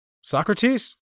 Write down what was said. Socrates